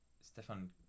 stefan